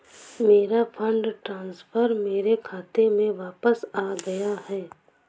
मेरा fund transfer मेरे खाते में वापस आ गया है